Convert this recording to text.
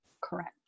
Correct